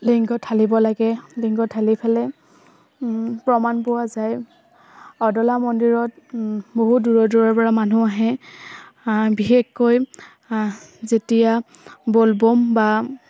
লিংঘত ঢালিব লাগে লিংঘত ঢালি ফালে প্ৰমাণ পোৱা যায় অদলা মন্দিৰত বহু দূৰৰ দূৰৰপৰা মানুহ আহে বিশেষকৈ যেতিয়া ব'লব'ম বা